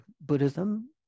Buddhism